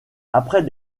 après